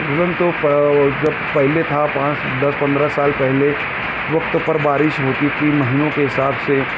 season تو جب پہلے تھا پانچ دس پندرہ سال پہلے وقت پر بارش ہوتی تھی مہینوں کے حساب سے